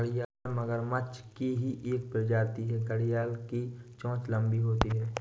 घड़ियाल मगरमच्छ की ही एक प्रजाति है घड़ियाल की चोंच लंबी होती है